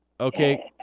Okay